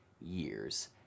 years